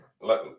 let